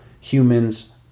humans